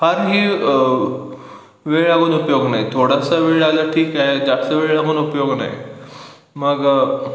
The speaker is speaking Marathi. फारही वेळ लागून उपयोग नाही थोडासा वेळ लागला ठीक आहे जास्त वेळ लागून उपयोग नाही मग